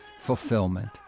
fulfillment